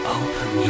open